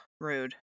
rude